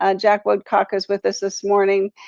ah jack woodcock is with us this morning.